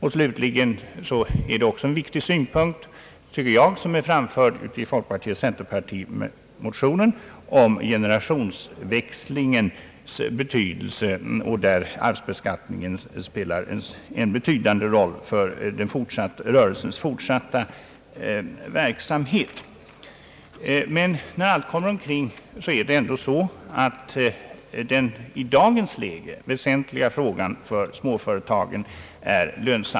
En viktig synpunkt är slutligen — och det har också framförts i folkpartioch centerpartimotionen — generationsväxlingens betydelse. Där kan arvsbeskattningen spela en betydande roll för rörelsens fortsatta verksamhet. När allt kommer omkring är det ändå lönsamheten, som i dagens läge är den väsentligaste frågan för småföretagen.